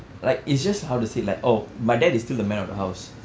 like it's just how to say like oh my dad is still the man of the house